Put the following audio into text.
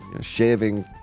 Shaving